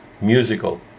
musical